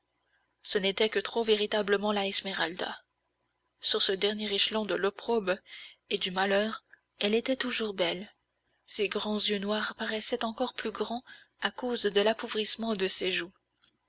ce n'était que trop véritablement la esmeralda sur ce dernier échelon de l'opprobre et du malheur elle était toujours belle ses grands yeux noirs paraissaient encore plus grands à cause de l'appauvrissement de